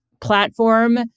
platform